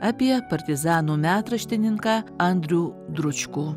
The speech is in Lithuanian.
apie partizanų metraštininką andrių dručkų